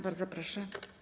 Bardzo proszę.